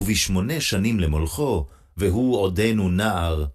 ובשמונה שנים למולכו, והוא עודנו נער.